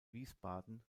wiesbaden